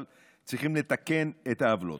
אבל צריך לתקן את העוולות.